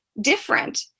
different